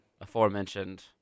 aforementioned